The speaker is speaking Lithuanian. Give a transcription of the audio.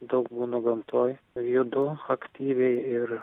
daug būnu gamtoj judu aktyviai ir